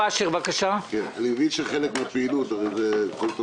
אני מבין שחלק מן הפעילות הרי הכול הוא